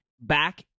back